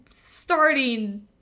starting